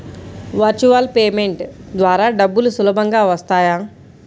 Virtual payment ద్వారా డబ్బులు సులభంగా వస్తాయా?